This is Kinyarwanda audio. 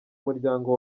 muryango